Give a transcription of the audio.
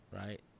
right